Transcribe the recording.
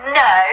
no